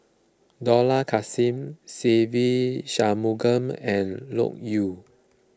Dollah Kassim Se Ve Shanmugam and Loke Yew